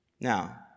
Now